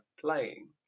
playing